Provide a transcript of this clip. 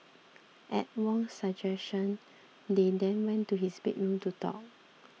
at Wong's suggestion they then went to his bedroom to talk